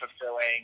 fulfilling